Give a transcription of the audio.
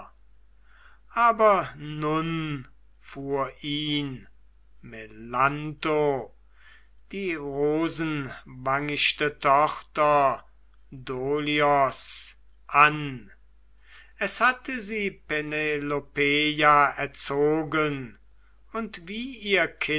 aber nun fuhr ihn melantho die rosenwangichte tochter dolios an es hatte sie penelopeia erzogen und wie ihr